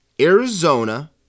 Arizona